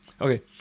Okay